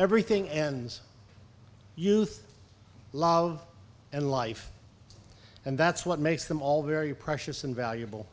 everything ends youth love and life and that's what makes them all very precious and valuable